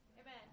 Amen